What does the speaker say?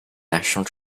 national